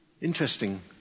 Interesting